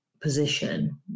position